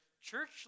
church